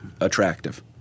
attractive